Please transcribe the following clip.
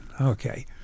Okay